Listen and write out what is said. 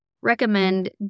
recommend